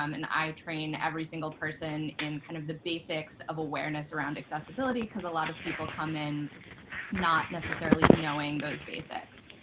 um and i train every single person in kind of the basics of awareness around accessibility because a lot of people come in not necessarily knowing those basics.